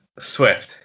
swift